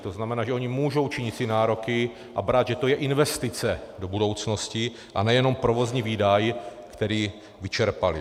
To znamená, že oni si můžou činit nároky a brát, že to je investice do budoucnosti, a ne jenom provozní výdaj, který vyčerpali.